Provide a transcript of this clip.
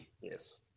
Yes